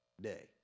day